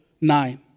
nine